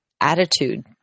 attitude